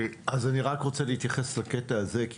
אז אני רק רוצה להתייחס לקטע הזה כי